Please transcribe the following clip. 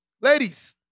Ladies